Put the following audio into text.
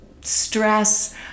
stress